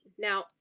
Now